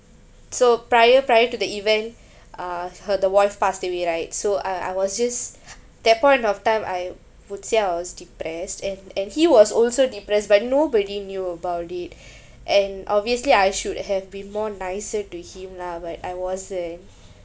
so prior prior to the event uh he~ the wife passed away right so I I was just that point of time I would say I was depressed and and he was also depressed but nobody knew about it and obviously I should have been more nicer to him lah but I wasn't